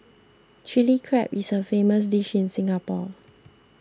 Chilli Crab is a famous dish in Singapore